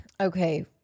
Okay